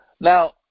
Now